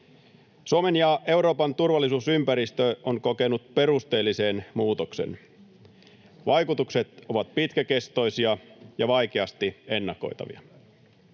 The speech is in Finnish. Suomen ja Euroopan turvallisuusympäristö on kokenut perusteellisen muutoksen. Vaikutukset ovat pitkäkestoisia ja vaikeasti ennakoitavia.